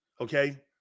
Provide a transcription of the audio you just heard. Okay